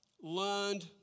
learned